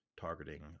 targeting